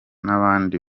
n’abandi